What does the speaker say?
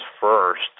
first